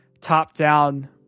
top-down